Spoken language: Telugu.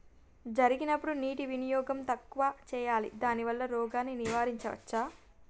జరిగినప్పుడు నీటి వినియోగం తక్కువ చేయాలి దానివల్ల రోగాన్ని నివారించవచ్చా?